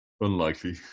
unlikely